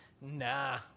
Nah